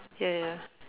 ya ya ya